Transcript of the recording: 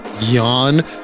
yawn